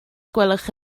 gwelwch